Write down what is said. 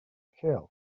lleol